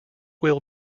will